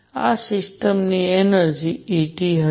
આ સિસ્ટમની energy E T હશે